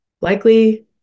Likely